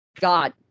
God